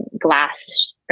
glass